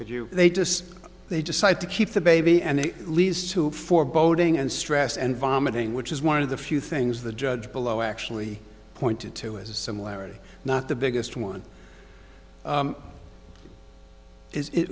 but you they just they decide to keep the baby and it leads to foreboding and stress and vomiting which is one of the few things the judge below actually pointed to as a similarity not the biggest one is it